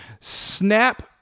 snap